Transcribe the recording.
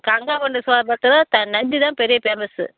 கங்கை கொண்ட சோலபுரத்தில் த நந்தி தான் பெரிய பேமஸு